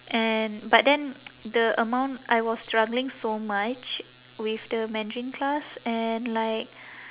and but then the amount I was struggling so much with the mandarin class and like